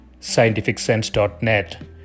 scientificsense.net